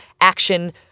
action